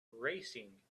racing